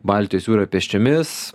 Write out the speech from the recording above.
baltijos jūrą pėsčiomis